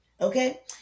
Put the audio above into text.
Okay